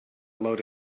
load